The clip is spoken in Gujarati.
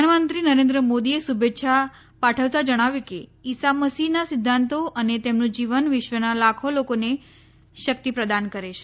પ્રધાનમંત્રી નરેન્દ્ર મોદીએ શુભેચ્છા પાઠવતાં જણાવ્યું કે ઈસા મસીહના સિધ્ધાંતો અને જીવન વિશ્વના લાખો લોકોને શક્તિ પ્રદાન કરે છે